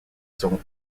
sont